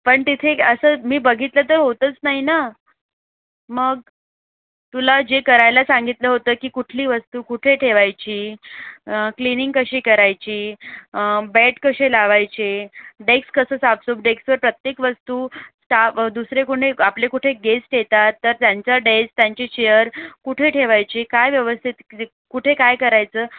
पण तिथे असं मी बघितलं तर होतंच नाही ना मग तुला जे करायला सांगितलं होतं की कुठली वस्तू कुठे ठेवायची क्लीनिंग कशी करायची बेड कसे लावायचे डेस्क कसं साफसूफ डेस्कवर प्रत्येक वस्तू टा दुसरे कोणी आपले कुठे गेस्ट येतात तर त्यांचं डेस्क त्यांची चेअर कुठे ठेवायची काय व्यवस्थित क कुठे काय करायचं